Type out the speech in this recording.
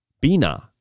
Bina